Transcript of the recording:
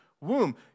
womb